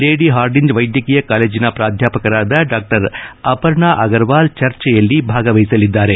lady Hardinge ವೈದ್ಯಕೀಯ ಕಾಲೇಜಿನ ಪ್ರಾಧ್ಯಾಪಕರಾದ ಡಾ ಅಪರ್ಣಾ ಅಗರ್ವಾಲ್ ಚರ್ಚೆಯಲ್ಲಿ ಭಾಗವಹಿಸಲಿದ್ದಾರೆ